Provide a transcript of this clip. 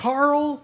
Carl